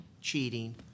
cheating